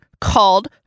called